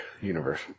universe